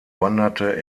wanderte